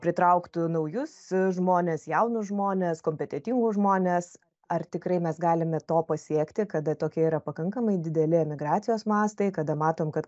pritrauktų naujus žmones jaunus žmones kompetentingus žmones ar tikrai mes galime to pasiekti kada tokia yra pakankamai dideli emigracijos mastai kada matom kad